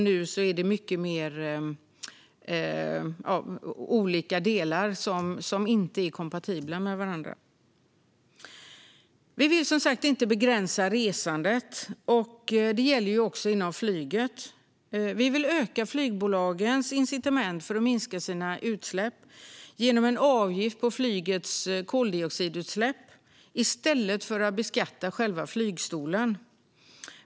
Nu är det mycket mer av olika delar som inte är kompatibla med varandra. Vi vill som sagt inte begränsa resandet, och det gäller också flyget. Vi vill öka flygbolagens incitament att minska sina utsläpp genom en avgift på flygets koldioxidutsläpp i stället för att beskatta själva flygstolen.